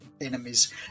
enemies